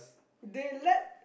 they let